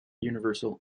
universal